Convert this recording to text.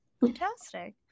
Fantastic